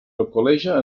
alcoleja